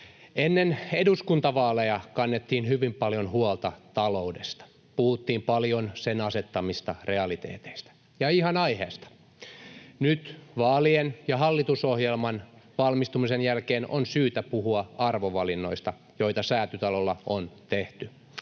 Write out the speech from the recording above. Ennen eduskuntavaaleja kannettiin hyvin paljon huolta taloudesta, puhuttiin paljon sen asettamista realiteeteista — ja ihan aiheesta. Nyt vaalien ja hallitusohjelman valmistumisen jälkeen on syytä puhua arvovalinnoista, joita Säätytalolla on tehty,